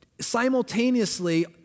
simultaneously